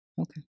Okay